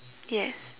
yes